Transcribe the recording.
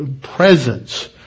presence